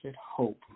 hope